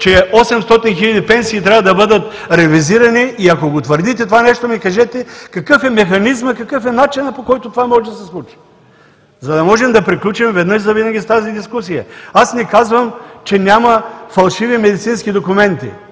че 800 хиляди пенсии трябва да бъдат ревизирани. Ако твърдите това нещо, ми кажете какъв е механизмът, какъв е начинът, по който това може да се случи, за да може да приключим веднъж завинаги с тази дискусия. Аз не казвам, че няма фалшиви медицински документи.